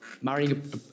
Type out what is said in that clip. marrying